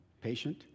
patient